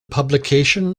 publication